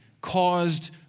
caused